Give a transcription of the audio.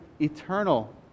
eternal